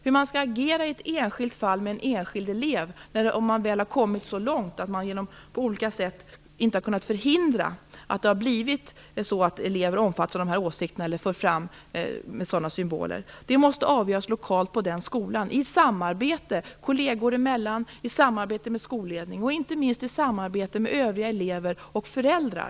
Hur man skall agera i ett enskilt fall som gäller en enskild elev när det väl gått så långt att man inte har kunnat förhindra att elever omfattar eller för fram de här åsikterna och bär sådana symboler måste avgöras lokalt på den skolan, i samarbete kolleger emellan, i samarbete med skolledningen och inte minst i samarbete med övriga elever och föräldrar.